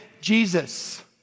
Jesus